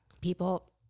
people